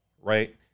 right